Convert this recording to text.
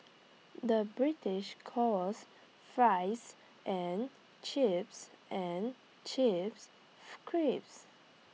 the British calls fries and chips and chips crisps